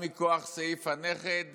וגם מכוח סעיף הנכד